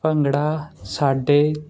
ਭੰਗੜਾ ਸਾਡੇ